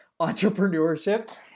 entrepreneurship